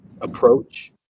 approach